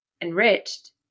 enriched